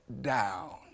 down